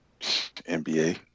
NBA